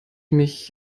mich